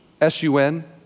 S-U-N